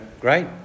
great